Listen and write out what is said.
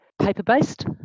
paper-based